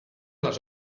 les